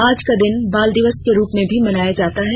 आजका दिन बाल दिवस के रूप में भी मनाया जाता है